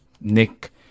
Nick